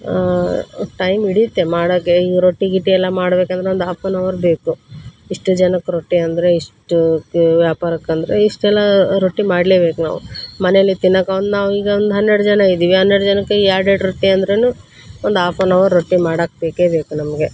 time ಹಿಡಿಯುತ್ತೆ ಮಾಡಕ್ಕೆ ಈಗ ರೊಟ್ಟಿ ಗಿಟ್ಟಿಯೆಲ್ಲ ಮಾಡ್ಬೇಕೆಂದ್ರೆ ಒಂದು ಹಾಫ್ ಅನ್ ಅವರ್ ಬೇಕು ಇಷ್ಟು ಜನಕ್ಕೆ ರೊಟ್ಟಿ ಅಂದರೆ ಇಷ್ಟು ಕ ವ್ಯಾಪಾರಕ್ಕಂದರೆ ಇಷ್ಟೆಲ್ಲ ರೊಟ್ಟಿ ಮಾಡ್ಲೇಬೇಕು ನಾವು ಮನೆಯಲ್ಲಿ ತಿನ್ನಕ್ಕೊಂದು ನಾವು ಈಗ ಒಂದು ಹನ್ನೆರಡು ಜನ ಇದ್ದೀವಿ ಹನ್ನೆರಡು ಜನಕ್ಕೆ ಎರಡು ಎರಡು ರೊಟ್ಟಿ ಅಂದ್ರೂನು ಒಂದು ಆಫ್ ಅನ್ ಅವರ್ ರೊಟ್ಟಿ ಮಾಡಕ್ಕೆ ಬೇಕೇ ಬೇಕು ನಮಗೆ